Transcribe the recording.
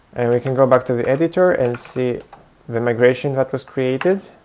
and we can go back to the editor and see the migration that was created.